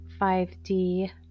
5D